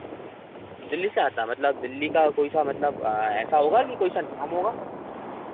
दिल्ली से आता मतलब दिल्ली का कोई सा मतलब ऐसा होगा कि कोई सा नाम होगा